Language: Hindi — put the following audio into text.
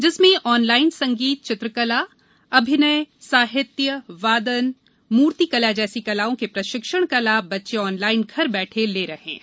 जिसमें ऑनलाइन संगीत चित्रकला अभिनय साहित्य वादन मूर्ति कला जैसी कलाओ के प्रशिक्षण का लाभ बच्चे ऑनलाइन घर बैठे ले रहे हैं